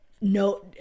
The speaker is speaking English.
no